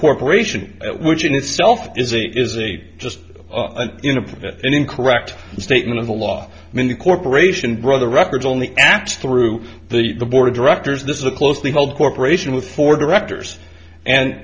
corporation which in itself is a is a just an incorrect statement of the law in the corporation brother records only through the board of directors this is a closely held corporation with four directors and